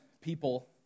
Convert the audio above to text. people